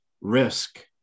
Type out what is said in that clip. risk